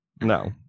No